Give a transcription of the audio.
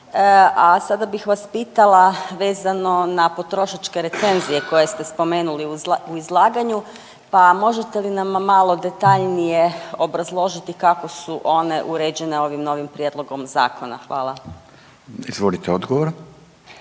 a sada bih vas pitala vezano na potrošačke recenzije koje ste spomenuli u izlaganju, pa možete li nam malo detaljnije obrazložiti kako su one uređene ovim novim prijedlogom zakona. Hvala. **Radin, Furio